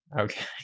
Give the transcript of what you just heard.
okay